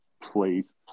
Please